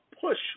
push